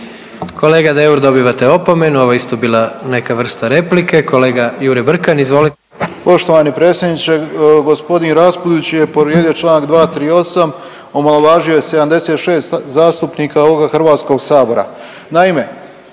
Kolega Deur dobivate opomenu ovo je isto bila neka vrsta replike. Kolega Jure Brkan, izvolite. **Brkan, Jure (HDZ)** Poštovani predsjedniče, gospodin Raspudić je povrijedio Članak 238., omalovažio je 76 zastupnika ovog Hrvatskog sabora. Naime,